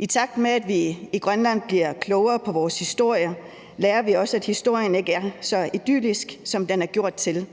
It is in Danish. I takt med at vi i Grønland bliver klogere på vores historie, lærer vi også, at historien ikke er så idyllisk, som den er gjort til.